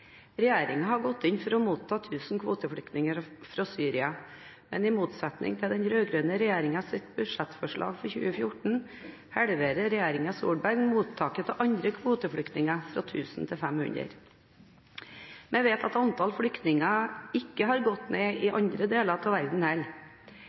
har gått inn for å motta 1 000 kvoteflyktninger fra Syria, men i motsetning til den rød-grønne regjeringens budsjettforslag for 2014 halverer regjeringen Solberg mottaket av andre kvoteflyktninger fra 1 000 til 500. Man vet at antall flyktninger ikke har gått ned i